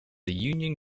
union